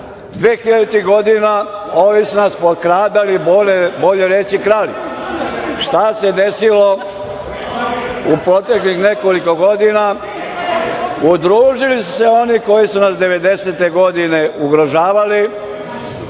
2000. godina ovi su nas potkradali, bolje reći krali. Šta se desilo u proteklih nekoliko godina? Udružili su se oni koji su nas 90-te godine ugrožavali